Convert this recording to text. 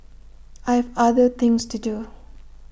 I have other things to do